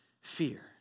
fear